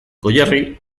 goierri